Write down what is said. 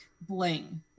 bling